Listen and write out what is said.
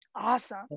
Awesome